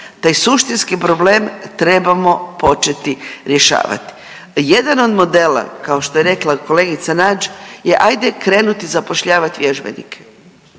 Taj suštinski problem trebamo početi rješavati. Jedan od modela, kao što je rekla kolegica Nađ je ajde krenuti zapošljavati vježbenike.